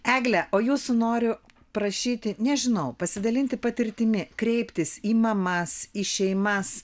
egle o jūsų noriu prašyti nežinau pasidalinti patirtimi kreiptis į mamas į šeimas